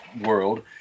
world